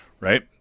right